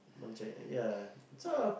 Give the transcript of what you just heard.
from China ya so